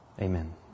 Amen